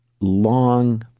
long